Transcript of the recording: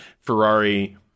ferrari